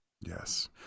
yes